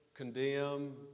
condemn